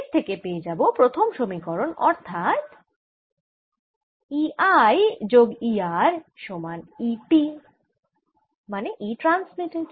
এর থেকে পেয়ে যাবো প্রথম সমীকরণ অর্থাৎ E I যোগ E R সমান E T E ট্রান্সমিটেড